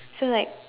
so like